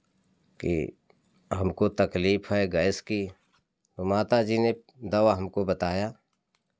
कि हमको तकलीफ़ है गैस की तो माता जी ने दवा हमको बताया